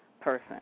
person